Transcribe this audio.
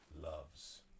loves